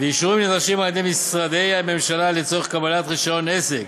ואישורים נדרשים על-ידי משרדי הממשלה לצורך קבלת רישיון עסק.